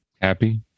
happy